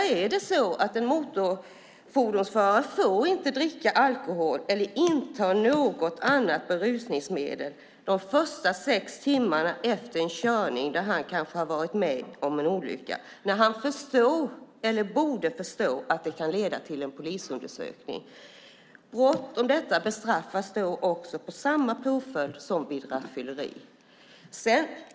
Där får en motorfordonsförare inte dricka alkohol eller inta något annat berusningsmedel de första sex timmarna efter en körning där han eller hon har varit med om en olycka om han eller hon förstår eller borde förstå att det kan leda till en polisundersökning. Brott mot detta bestraffas med samma påföljd som vid rattfylleri.